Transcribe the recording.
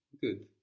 Good